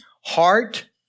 heart